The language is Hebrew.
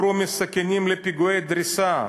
תעברו מסכינים לפיגועי דריסה,